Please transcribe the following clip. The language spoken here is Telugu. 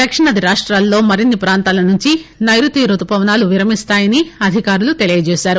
దక్షిణాది రాష్టాలలో మరిన్ని ప్రాంతాల నుంచి నైరుతీ రుతుపవనాలు విరమిస్తాయని అధికారులు తెలిపారు